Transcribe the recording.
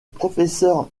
professeur